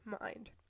mind